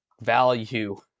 value